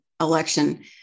election